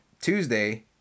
Tuesday